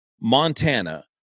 montana